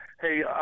Hey